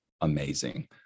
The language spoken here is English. amazing